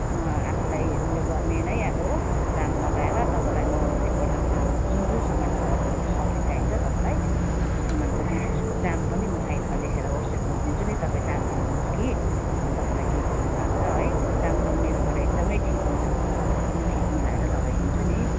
म आफूलाई उयो गर्ने नै अब दाम लगाएर तपाईँलाई म एकपल्ट त्यो जुन जुन सामान अब सब्जी चाहिन्छ तपाईँलाई त्यो सामानको लिस्ट दाम पनि म साइडमा लेखेर वाट्सएप गरिदिन्छु नि तपाईँ दाम हेर्नुहोस् कि अन्त तपाईँलाई के कस्तो लाग्छ है दाम त मेरोबाट एकदमै ठिक हुन्छ एकदम ठिक मिलाएर लगाइदिन्छु नि